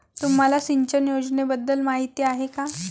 तुम्हाला सिंचन योजनेबद्दल माहिती आहे का?